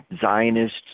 Zionists